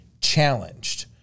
challenged